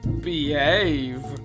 behave